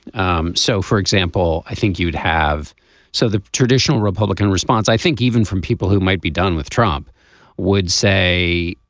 um so for example i think you'd have so the traditional republican response i think even from people who might be done with trump would say